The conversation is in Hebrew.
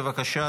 בבקשה,